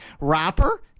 rapper